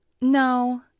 No